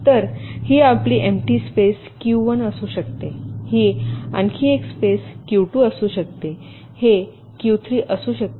तर ही आपली एम्पटी स्पेस Q1 असू शकते ही आणखी एक स्पेस Q2 असू शकते हे Q3 असू शकते